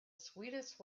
sweetest